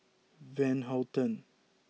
Van Houten